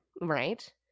Right